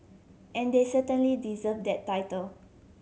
and they certainly deserve that title